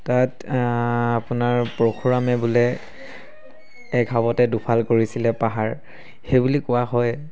তাত আপোনাৰ পৰশুৰামে বোলে এক হাফতে দুফাল কৰিছিলে পাহাৰ সেইবুলি কোৱা হয়